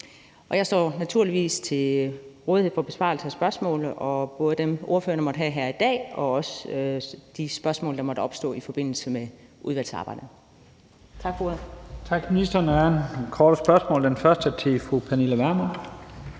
Jeg står naturligvis til rådighed for besvarelse af spørgsmål, både dem, ordførerne måtte have her i dag, og de spørgsmål, der måtte opstå i forbindelse med udvalgsarbejdet. Tak for ordet. Kl. 12:14 Første næstformand (Leif Lahn Jensen):